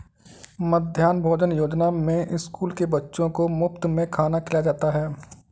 मध्याह्न भोजन योजना में स्कूल के बच्चों को मुफत में खाना खिलाया जाता है